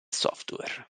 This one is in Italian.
software